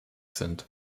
sind